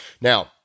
Now